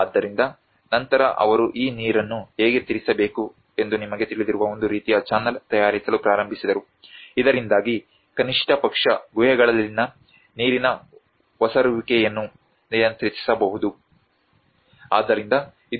ಆದ್ದರಿಂದ ನಂತರ ಅವರು ಈ ನೀರನ್ನು ಹೇಗೆ ತಿರುಗಿಸಬೇಕು ಎಂದು ನಿಮಗೆ ತಿಳಿದಿರುವ ಒಂದು ರೀತಿಯ ಚಾನಲ್ ತಯಾರಿಸಲು ಪ್ರಾರಂಭಿಸಿದರು ಇದರಿಂದಾಗಿ ಕನಿಷ್ಠ ಪಕ್ಷ ಗುಹೆಗಳಲ್ಲಿನ ನೀರಿನ ಒಸರುವಿಕೆಯನ್ನು ನಿಯಂತ್ರಿಸಬಹುದು